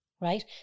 Right